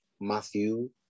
Matthew